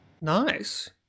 Nice